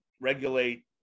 regulate